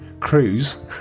cruise